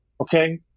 Okay